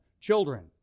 Children